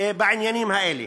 בעניינים האלה.